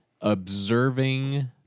observing